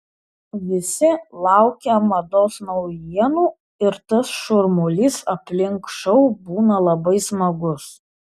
visi laukia mados naujienų ir tas šurmulys aplink šou būna labai smagus